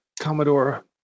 Commodore